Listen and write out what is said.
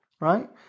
right